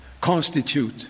constitute